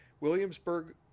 Williamsburg